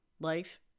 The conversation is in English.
Life